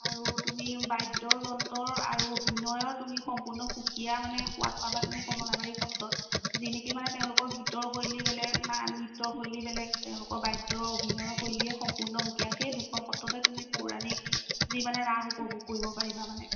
আৰু তুমি বাদ্য যন্ত্ৰৰ আৰু অভিনয়ৰ তুমি সম্পূৰ্ণ সুকীয়া মানে সোৱাদ পাবা তুমি কমলাবাৰী সত্ৰ আৰু যি নেকি তোমাৰ গীতৰশৈলী বেলেগ না নৃত্যৰশৈলী বেলেগ তেওঁলোকৰ বাদ্যৰ অভিনয়ৰ শৈলীয়ে সম্পূৰ্ণ সুকীয়া সেই দুখন সত্ৰতে তুমি পৌৰাণিক যি ৰাস উপভোগ কৰিব পাৰিবা মানে